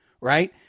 right